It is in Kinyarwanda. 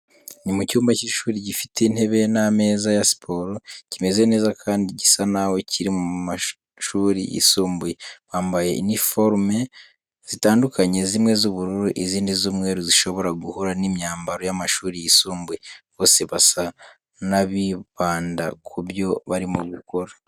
Ni mu cyumba cy’ishuri gifite intebe n’ameza ya siporo, kimeze neza kandi gisa naho kiri mu mashuri yisumbuye, bambaye uniforme zitandukanye zimwe z’ubururu, izindi z’umweru zishobora guhura n’imyambaro y’amashuri yisumbuye. Bose basa n’abibanda ku byo barimo gukora.